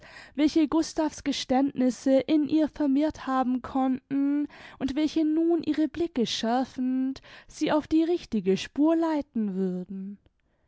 welche gustav's geständnisse in ihr vermehrt haben konnten und welche nun ihre blicke schärfend sie auf die richtige spur leiten würden